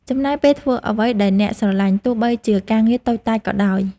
ចំណាយពេលធ្វើអ្វីដែលអ្នកស្រឡាញ់ ទោះបីជាការងារតូចតាចក៏ដោយ។